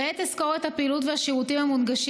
כעת אסקור את הפעילות והשירותים המונגשים